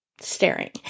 staring